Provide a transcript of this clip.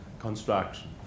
construction